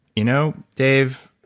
you know, dave,